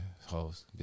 Hoes